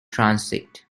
transit